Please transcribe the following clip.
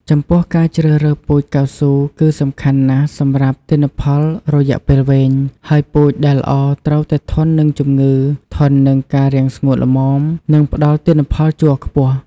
ចំពោះការជ្រើសរើសពូជកៅស៊ូគឺសំខាន់ណាស់សម្រាប់ទិន្នផលរយៈពេលវែង ហើយពូជដែលល្អត្រូវតែធន់នឹងជំងឺ ធន់នឹងការរាំងស្ងួតល្មម និងផ្តល់ទិន្នផលជ័រខ្ពស់។